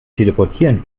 teleportieren